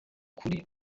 kuri